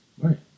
Right